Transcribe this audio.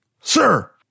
Sir